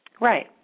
Right